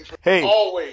Hey